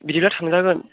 बिदिबा थांजागोन